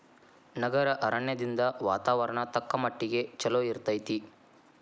ನಗರ ಅರಣ್ಯದಿಂದ ವಾತಾವರಣ ತಕ್ಕಮಟ್ಟಿಗೆ ಚಲೋ ಇರ್ತೈತಿ